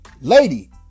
lady